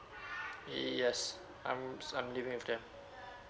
yes I'm s~ I'm living with them